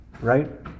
Right